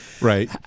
Right